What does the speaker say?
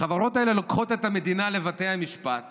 החברות האלה לוקחות את המדינה לבתי המשפט